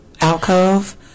Alcove